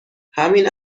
همین